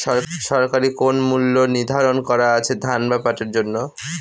সরকারি কোন মূল্য নিধারন করা আছে ধান বা পাটের জন্য?